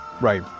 Right